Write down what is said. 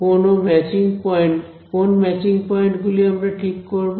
সুতরাং কোন matching point গুলি আমরা ঠিক করব